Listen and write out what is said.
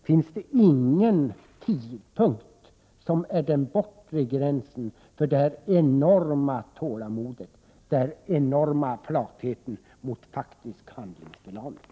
Finns det ingen tidpunkt som är den bortre gränsen för det enorma tålamodet och den enorma flatheten mot faktisk handlingsförlamning?